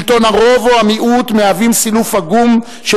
שלטון הרוב או המיעוט מהווים סילוף עגום של